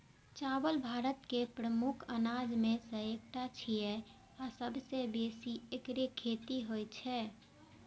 चावल भारत के प्रमुख अनाज मे सं एकटा छियै आ सबसं बेसी एकरे खेती होइ छै